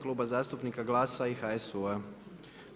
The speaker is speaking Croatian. Kluba zastupnika GLAS-a i HSU-a.